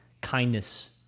kindness